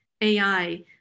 AI